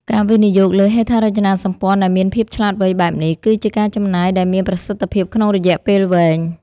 ការវិនិយោគលើហេដ្ឋារចនាសម្ព័ន្ធដែលមានភាពឆ្លាតវៃបែបនេះ គឺជាការចំណាយដែលមានប្រសិទ្ធភាពក្នុងរយៈពេលវែង។